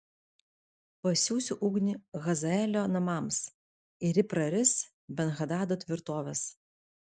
pasiųsiu ugnį hazaelio namams ir ji praris ben hadado tvirtoves